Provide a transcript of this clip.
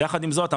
יחד עם זאת,